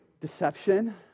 deception